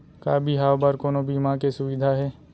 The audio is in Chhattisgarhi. का बिहाव बर कोनो बीमा के सुविधा हे?